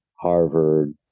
harvard